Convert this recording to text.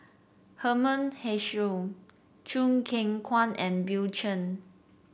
Herman Hochstadt Choo Keng Kwang and Bill Chen